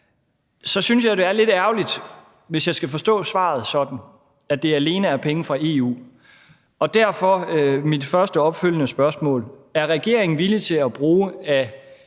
så synes jeg, det er lidt ærgerligt, altså hvis jeg skal forstå svaret sådan. Derfor er mit første opfølgende spørgsmål: Er regeringen villig til at bruge af